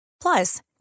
plus